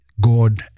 God